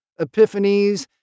epiphanies